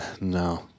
No